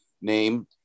name